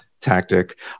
tactic